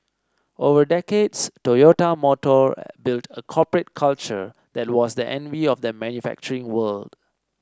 over decades Toyota Motor built a corporate culture that was the envy of the manufacturing world